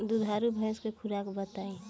दुधारू भैंस के खुराक बताई?